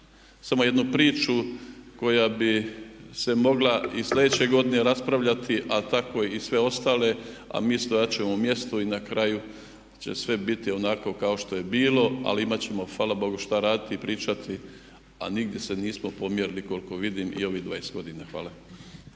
samo jednu priču koja bi se mogla i sljedeće raspravljati a tako i sve ostale a mi se vraćamo mjestu i na kraju će sve biti onako kao što je bilo ali imat ćemo hvala Bogu šta raditi i pričati a nigdje se nismo pomjerili koliko vidim i ovih 20 godina. Hvala.